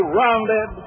rounded